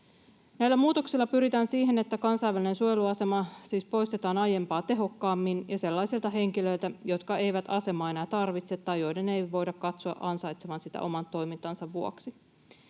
Näillä muutoksilla pyritään siihen, että kansainvälinen suojeluasema siis poistetaan aiempaa tehokkaammin ja sellaisilta henkilöitä, jotka eivät asemaa enää tarvitse tai joiden ei voida katsoa ansaitsevan sitä oman toimintansa vuoksi.